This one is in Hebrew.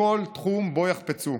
בכל תחום שבו יחפצו.